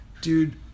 dude